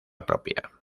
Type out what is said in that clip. propia